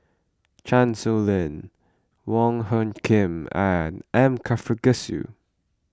Chan Sow Lin Wong Hung Khim and M Karthigesu